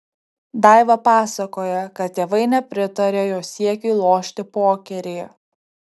daiva pasakoja kad tėvai nepritarė jos siekiui lošti pokerį